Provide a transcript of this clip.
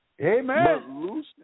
Amen